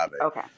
okay